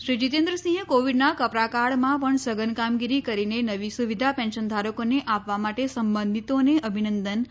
શ્રી જીતેન્ન્ સિંહે કોવિડના કપરા કાળમાં પણ સઘન કામગીરી કરીને નવી સુવિધા પેન્શનધારકોને આપવા માટે સંબંધીતોને અભિનંદન આપ્યા હતા